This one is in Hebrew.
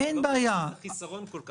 אבל לא בטוח שזה חיסרון כל כך.